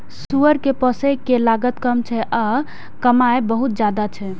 सुअर कें पोसय के लागत कम छै आ कमाइ बहुत ज्यादा छै